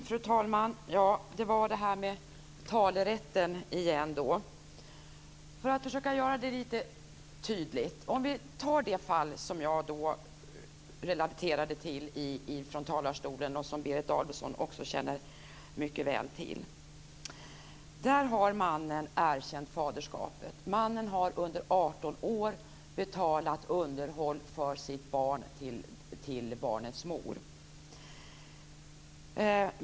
Fru talman! Det gäller detta med talerätten igen. För att försöka göra det lite tydligt ska jag ta upp det fall som jag relaterade till i mitt anförande och som Berit Adolfsson också mycket väl känner till. Mannen erkände faderskapet. Under 18 år betalade han underhåll för sitt barn till barnets mor.